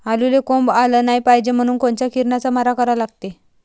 आलूले कोंब आलं नाई पायजे म्हनून कोनच्या किरनाचा मारा करा लागते?